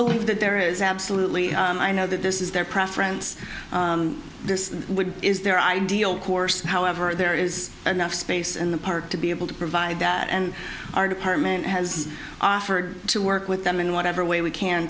believe that there is absolutely i know that this is their preference this would is their ideal course however there is enough space in the park to be able to provide that and our department has offered to work with them in whatever way we